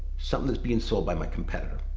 something that's being sold by my competitor?